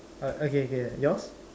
oh okay K yours